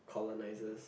colonisers